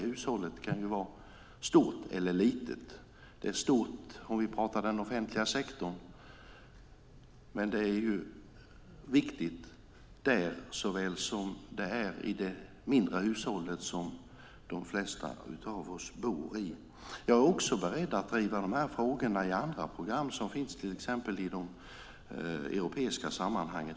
Hushållet kan vara stort eller litet. Hushållet är stort om vi pratar om den offentliga sektorn, och det är viktigt där såväl som i det mindre hushållet som de flesta av oss bor i. Jag är också beredd att driva frågorna i andra program, till exempel i europeiska sammanhang.